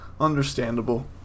Understandable